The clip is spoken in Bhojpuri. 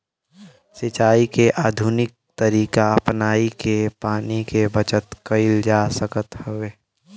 सिंचाई के आधुनिक तरीका अपनाई के पानी के बचत कईल जा सकत हवे